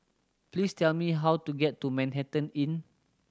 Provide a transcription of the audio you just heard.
please tell me how to get to Manhattan Inn